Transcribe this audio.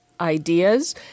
ideas